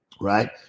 Right